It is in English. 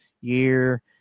year